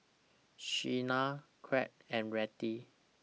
Shenna Claud and Rettie